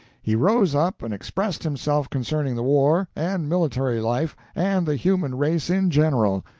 he rose up and expressed himself concerning the war, and military life, and the human race in general.